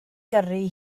gyrru